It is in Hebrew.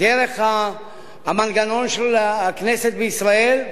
דרך המנגנון של הכנסת בישראל,